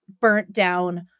burnt-down